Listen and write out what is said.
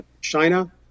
China